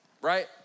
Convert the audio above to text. right